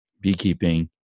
beekeeping